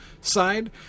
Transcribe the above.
side